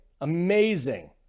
Amazing